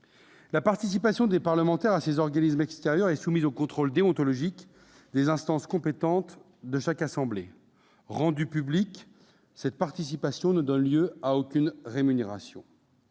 La participation des parlementaires à ces organismes extérieurs est soumise au contrôle déontologique des instances compétentes de chaque assemblée. Rendue publique, cette participation ne donne lieu à aucune rémunération.